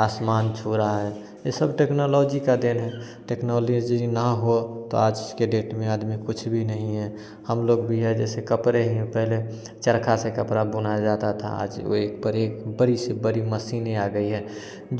आसमान छू रहा है यह सब टेक्नोलॉजी की देन है टेक्नोलॉजी ना हो तो आज के डेट में आदमी कुछ भी नहीं है हम लोग भी है जैसे कपड़े है पहले चरखा से कपड़ा बुनाया जाता था आज एक पर एक बड़ी सी बड़ी मशीनें आ गई हैं